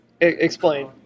Explain